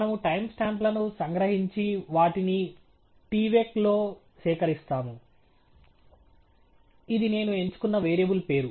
మనము టైమ్స్టాంప్లను సంగ్రహించి వాటిని tvec లో సేకరిస్తాము ఇది నేను ఎంచుకున్న వేరియబుల్ పేరు